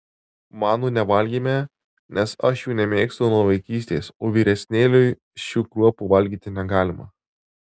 manų nevalgėme nes aš jų nemėgstu nuo vaikystės o vyresnėliui šių kruopų valgyti negalima